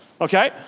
okay